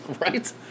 Right